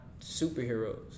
superheroes